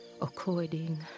According